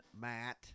Matt